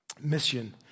Mission